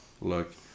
look